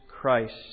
Christ